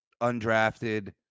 undrafted